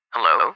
Hello